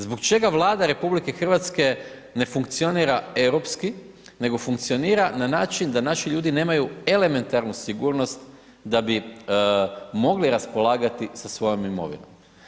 Zbog čega Vlada RH ne funkcionira europski, nego funkcionira na način da naši ljudi nemaju elementarnu sigurnost da bi mogli raspolagati sa svojom imovinom?